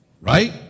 Right